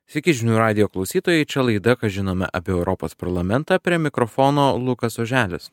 sveiki žinių radijo klausytojai čia laida ką žinome apie europos parlamentą prie mikrofono lukas oželis